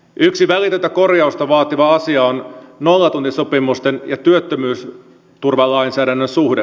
yksi välitöntä korjausta vaativa asia on nollatuntisopimusten ja työttömyysturvalainsäädännön suhde